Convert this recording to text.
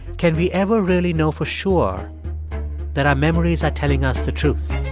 can we ever really know for sure that our memories are telling us the truth?